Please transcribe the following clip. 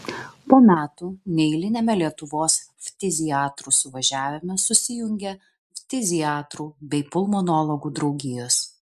po metų neeiliniame lietuvos ftiziatrų suvažiavime susijungė ftiziatrų bei pulmonologų draugijos